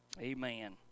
Amen